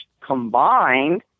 combined